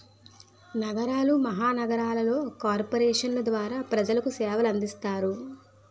నగరాలు మహానగరాలలో కార్పొరేషన్ల ద్వారా ప్రజలకు సేవలు అందిస్తారు